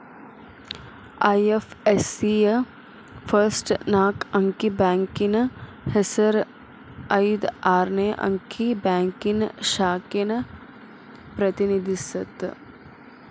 IFSC ಯ first ನಾಕ್ ಅಂಕಿ ಬ್ಯಾಂಕಿನ್ ಹೆಸರ ಐದ್ ಆರ್ನೆ ಅಂಕಿ ಬ್ಯಾಂಕಿನ್ ಶಾಖೆನ ಪ್ರತಿನಿಧಿಸತ್ತ